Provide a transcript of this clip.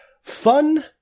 Fun